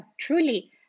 truly